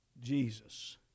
Jesus